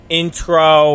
intro